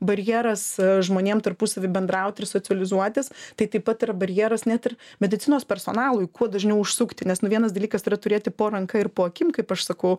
barjeras žmonėm tarpusavy bendraut ir socializuotis tai taip pat yra barjeras net ir medicinos personalui kuo dažniau užsukti nes nu vienas dalykas yra turėti po ranka ir po akim kaip aš sakau